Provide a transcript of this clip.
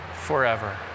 forever